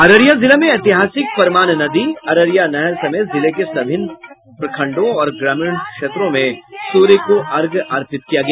अररिया जिला में ऐतिहासिक परमान नदी अररिया नहर समेत जिले के सभी प्रखंडों और ग्रामीणों क्षेत्रों में सूर्य को अर्घ्य अर्पित किया गया